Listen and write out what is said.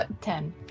Ten